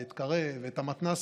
את קרב ואת המתנ"סים.